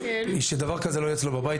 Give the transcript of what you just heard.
היא שדבר כזה לא יהיה אצלו בבית,